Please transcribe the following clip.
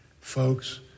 Folks